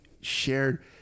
shared